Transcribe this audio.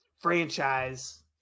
franchise